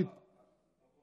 זה טוב או רע?